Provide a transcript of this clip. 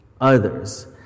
others